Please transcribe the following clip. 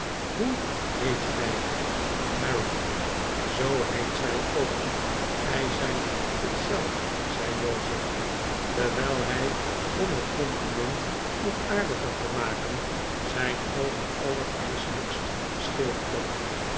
hoe heet gij mary zoo heet zij ook gij zij t het zelf zei jozef terwijl hij om het compliment nog aardiger te maken zijn oogen allerijselijkst scheel trok